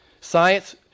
Science